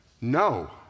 No